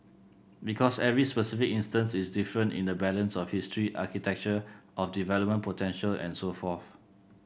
because every specific instance is different in the balance of history architecture of development potential and so forth